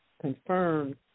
confirmed